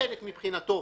בצדק מבחינתו,